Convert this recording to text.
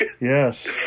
Yes